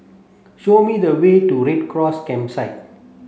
show me the way to Red Cross Campsite